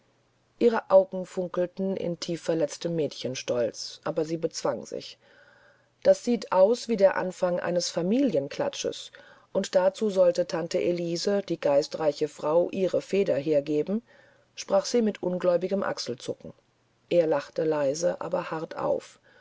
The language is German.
ihre augen funkelten in tiefverletztem mädchenstolz aber sie bezwang sich das sieht aus wie der anfang eines familienklatsches und dazu sollte tante elise die geistreiche frau ihre feder hergeben sprach sie mit ungläubigem achselzucken er lachte leise aber hart auf